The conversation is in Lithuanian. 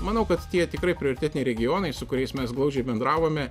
manau kad tie tikrai prioritetiniai regionai su kuriais mes glaudžiai bendravome